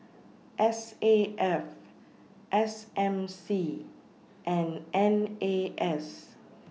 S A F S M C and N A S